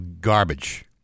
garbage